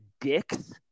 dicks